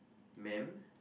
man